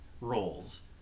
roles